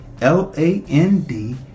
L-A-N-D